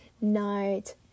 night